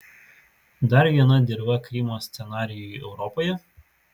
dar viena dirva krymo scenarijui europoje